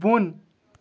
بۄن